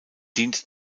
dient